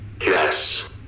Yes